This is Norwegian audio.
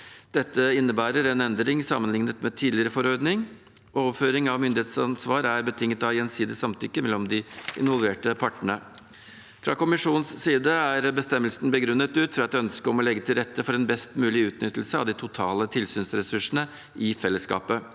Dette innebærer en endring sammenlignet med tidligere forordning. Overføring av myndighetsansvar er betinget av gjensidig samtykke mellom de involverte partene. Fra kommisjonens side er bestemmelsen begrunnet ut fra et ønske om å legge til rette for en best mulig utnyttelse av de totale tilsynsressursene i fellesskapet.